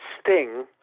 Sting